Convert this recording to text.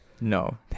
No